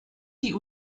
die